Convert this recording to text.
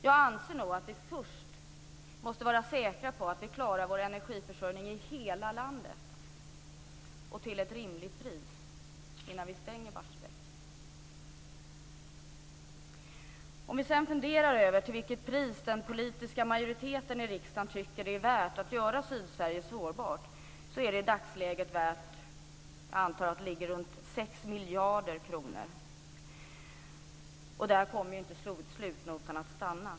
Jag anser nog att vi först måste vara säkra på att vi klarar vår egen energiförsörjning i hela landet och till ett rimligt pris innan vi stänger Om vi sedan funderar över till vilket pris den politiska majoriteten i riksdagen tycker att det är värt att göra Sydsverige sårbart, är det i dagsläget värt ca 6 miljarder kronor, och där kommer inte slutnotan att stanna.